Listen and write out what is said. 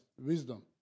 wisdom